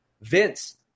Vince